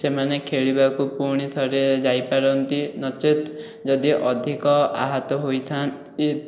ସେମାନେ ଖେଳିବାକୁ ପୁଣିଥରେ ଯାଇପାରନ୍ତି ନଚେତ୍ ଯଦି ଅଧିକ ଆହତ ହୋଇଥାନ୍ତି